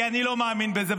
כי אני לא מאמין בזה.